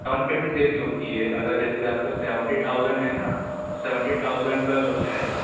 down payment دینی ہوتی ہے اگر جیسے آپ کا سیونٹی ٹھاؤزنڈ ہے نا تو سیونٹی ٹھاؤزنڈ کا جو ہے